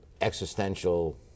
existential